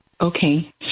Okay